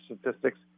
statistics